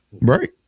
Right